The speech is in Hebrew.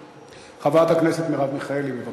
חברת הכנסת מרב מיכאלי, בבקשה.